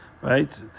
right